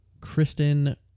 Kristen